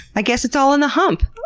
i guess it's all in the hump!